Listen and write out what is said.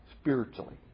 spiritually